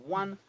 one